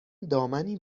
دامنی